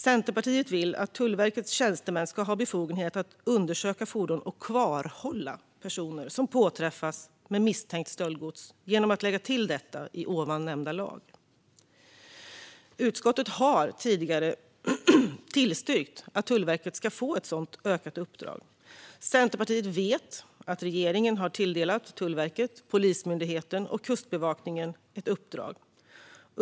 Centerpartiet vill att Tullverkets tjänstemän ska ha befogenhet att undersöka fordon och kvarhålla personer som påträffas med misstänkt stöldgods genom att lägga till detta i den tidigare nämnda lagen. Utskottet har tidigare tillstyrkt att Tullverket ska få ett utökat uppdrag. Centerpartiet vet att regeringen har tilldelat Tullverket, Polismyndigheten och Kustbevakningen ett uppdrag.